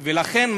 לכן,